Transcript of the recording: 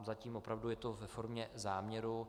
Zatím opravdu je to ve formě záměru.